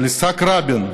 של יצחק רבין,